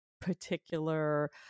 particular